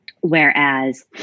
whereas